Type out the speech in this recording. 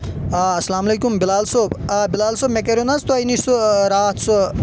آ اسلام علیٚکُم بِلال صٲب آ بِلال صٲب مےٚ کَریاو نہ حظ تۄہہ نِش سُہ رات سُہ